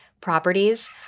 properties